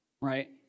right